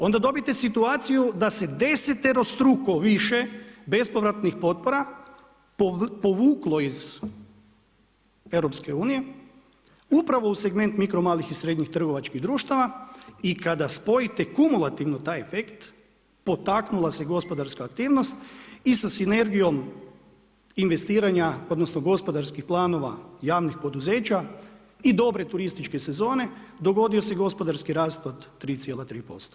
Onda dobite situaciju da se deseterostruko više bespovratnih potpora povuklo iz EU upravo u segment mikro, malih i srednjih trgovačkih društava i kada spojite kumulativno efekt potaknula se gospodarska aktivnost i sa sinergijom investiranja odnosno gospodarskih planova javnih poduzeća i dobre turističke sezone dogodio se gospodarski rast od 3,3%